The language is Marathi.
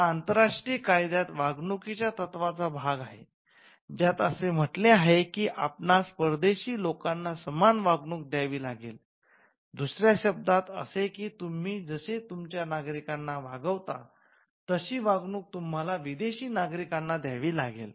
हा आंतरराष्ट्रीय कायद्यात वागणुकीच्या तत्वाचा भाग आहे ज्यात असे म्हटले आहे की आपणास परदेशी लोकांना समान वागणूक द्यावी लागेल दुसऱ्या शब्दात असे कि तुम्ही जसे तुमच्या नागरिकांना वागवता तशी वागणूक तुम्हाला विदेशी नागरिकांना द्यावी लागेल